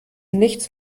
nichts